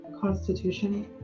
Constitution